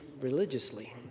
religiously